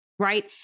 Right